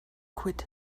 quit